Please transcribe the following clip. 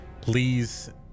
please